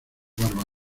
barba